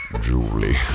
Julie